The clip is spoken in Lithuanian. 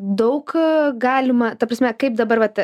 daug galima ta prasme kaip dabar vat